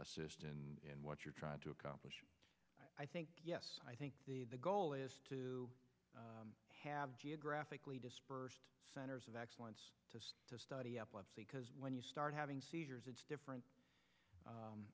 assist in what you're trying to accomplish i think yes i think the goal is to have geographically dispersed centers of excellence to study epilepsy because when you start having seizures it's different